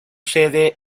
sede